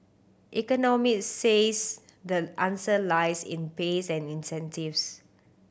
economist says the answer lies in pays and incentives